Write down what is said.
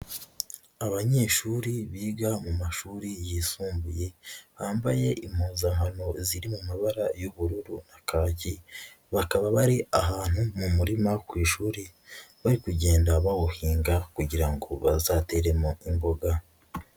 Abanyeshuri biga mu mashuri yisumbuye, bambaye impuzankano ziri mu mabara y'ubururu n'akaki, bakaba bari ahantu mu murima ku ishuri bari kugenda bawuhinga kugira ngo bazateremo imboga.